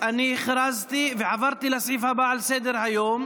אני הכרזתי ועברתי לסעיף הבא על סדר-היום.